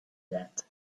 that